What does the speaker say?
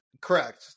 Correct